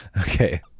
Okay